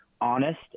honest